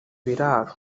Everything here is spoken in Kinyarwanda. ibiraro